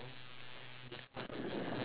yeah true